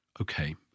Okay